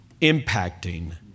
impacting